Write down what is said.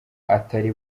atari